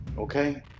Okay